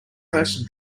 person